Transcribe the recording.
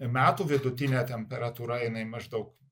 metų vidutinė temperatūra jinai maždaug